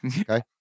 Okay